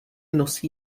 nosí